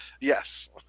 Yes